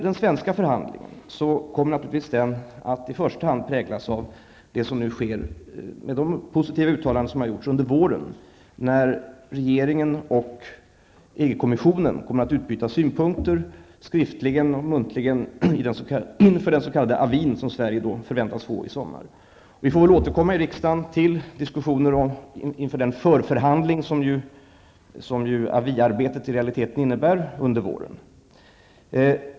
Den svenska förhandlingen kommer naturligtvis i första hand att präglas av det som nu sker, och av de positiva uttalanden som har gjorts under våren, när regeringen och EG-kommissionen kommer att utbyta synpunkter, skriftligen och muntligen, inför den s.k. avin, som Sverige förväntas få i sommar. Vi får återkomma i riksdagen till diskussioner inför den för-förhandling som aviarbetet under våren i realiteten innebär.